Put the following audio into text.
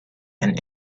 and